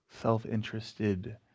self-interested